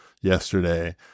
yesterday